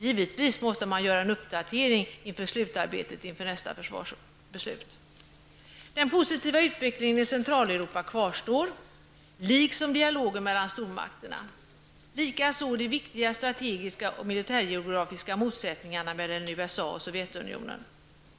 Givetvis måste en uppdatering göras med tanke på slutarbetet inför nästa försvarsbeslut. Den positiva utvecklingen i Centraleuropa kvarstår, liksom dialogen mellan stormakterna. Likaså kvarstår de viktiga strategiska och militärgeografiska motsättningarna mellan USA och Sovjetunionen.